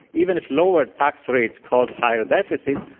even if lower tax rates cause higher deficits,